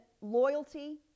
loyalty